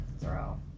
throw